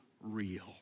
real